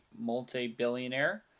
multi-billionaire